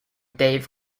dave